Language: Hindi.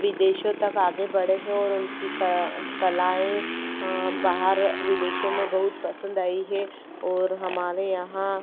विदेशों तक आगे बढ़े हैं और उनकी कलाएँ बाहर विदेशों में बहुत पसंद आई है और हमारे यहाँ